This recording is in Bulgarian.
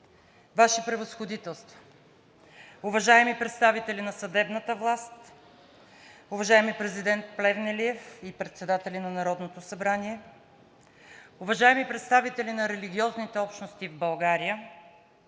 Ваши Превъзходителства, уважаеми представители на съдебната власт, уважаеми президент Плевнелиев и председатели на Народното събрание, уважаеми представители на религиозните общности в Република